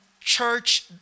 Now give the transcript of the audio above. church